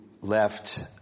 left